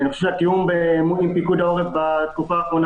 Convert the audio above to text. אני חושב שהתיאום עם פיקוד העורף בתקופה האחרונה